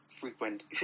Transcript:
frequent